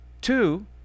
Two